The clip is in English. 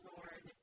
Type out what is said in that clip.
Lord